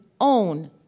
own